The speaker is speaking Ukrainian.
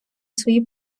свої